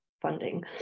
funding